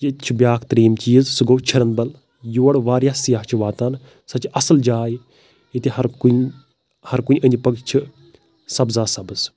ییٚتہِ چھُ بیٛاکھ ترٛیِم چیٖز سُہ گوٚو چھِرَن بَل یور واریاہ سِیاح چھِ واتان سۄ چھِ اَصٕل جاے ییٚتہِ ہر کُنہِ ہر کُنہِ أنٛدۍ پٔکۍ چھِ سبزا سبٕز